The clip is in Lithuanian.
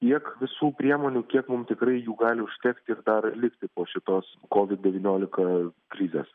tiek visų priemonių kiek mum tikrai jų gali užtekti ir dar likti po šitos kovid devyniolika krizės